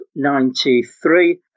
93